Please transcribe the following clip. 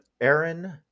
Aaron